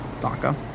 DACA